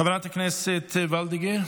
חברת הכנסת וולדיגר,